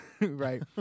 right